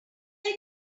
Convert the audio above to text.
tell